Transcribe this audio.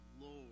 Lord